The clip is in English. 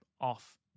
off